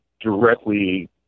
directly